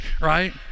right